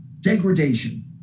degradation